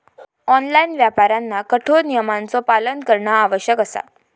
online व्यापाऱ्यांना कठोर नियमांचो पालन करणा आवश्यक असा